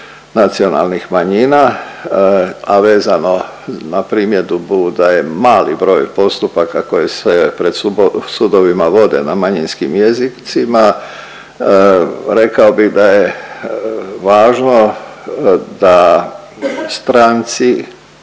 nacionalnih manjina, a vezano na primjedbu da je mali broj postupaka koji se pred sudovima vode na manjinskim jezicima, rekao bih da je važno da stranci